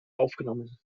aufgenommen